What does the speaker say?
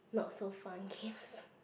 not so fun games